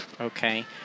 Okay